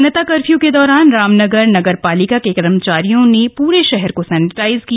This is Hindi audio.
जनता कर्फ्यू के दौरान रामनगर नगर पालिका के कर्मचारियों ने पूरे शहर को सेनिटाइज किया